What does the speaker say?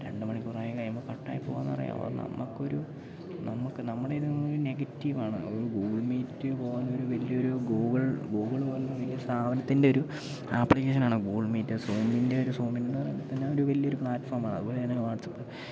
രണ്ട് മണിക്കൂറായി കഴിയുമ്പോൾ കട്ടായിപ്പോകുന്നെന്നു പറയുമ്പം അപ്പം നമുക്കൊരു നമുക്ക് നമ്മുടേതായൊരു നെഗറ്റീവാണ് അത് ഗൂഗിൾ മീറ്റ് പോലൊരു വലിയൊരു ഗൂഗിൾ ഗൂഗിൾ പോലെ വലിയ സ്ഥാപനത്തിൻ്റെയൊരു ആപ്ലിക്കേഷനാണ് ഗൂഗിൾ മീറ്റ് സൂമിൻ്റെയൊരു സൂമിങ്ങെന്നു പറയുമ്പോൾ തന്നെ ആ ഒരു വലിയൊരു പ്ലാറ്റ്ഫോമാണ് അതു പോലെ തന്നെയാണ് വാട്ട്സാപ്പ്